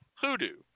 hoodoo